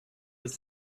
with